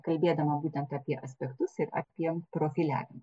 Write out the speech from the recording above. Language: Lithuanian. kalbėdama būtent apie aspektus ir apie profiliavimą